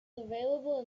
available